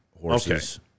horses